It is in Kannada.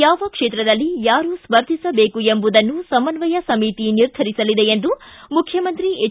ಯಾವ ಕ್ಷೇತ್ರದಲ್ಲಿ ಯಾರು ಸ್ಪರ್ಧಿಸಬೇಕು ಎಂಬುದನ್ನು ಸಮನ್ವಯ ಸಮಿತಿ ನಿರ್ಧರಿಸಲಿದೆ ಎಂದು ಮುಖ್ಯಮಂತ್ರಿ ಎಚ್